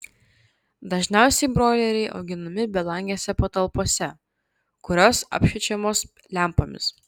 dažniausiai broileriai auginami belangėse patalpose kurios apšviečiamos lempomis